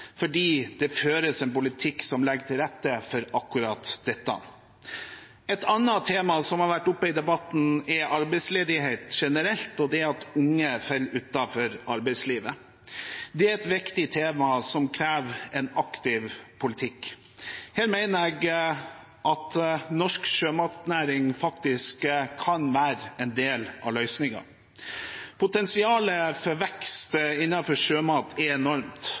fordi det føres en politikk som legger til rette for akkurat dette. Et annet tema som har vært oppe i debatten, er arbeidsledighet generelt og det at unge faller utenfor arbeidslivet. Det er et viktig tema som krever en aktiv politikk. Her mener jeg at norsk sjømatnæring faktisk kan være en del av løsningen. Potensialet for vekst innenfor sjømat er enormt,